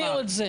החביאו את זה.